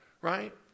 right